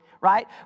Right